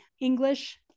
English